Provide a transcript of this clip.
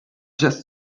just